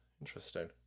Interesting